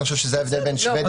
וזה ההבדל בין שבדיה ופינלנד.